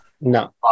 No